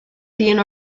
dyn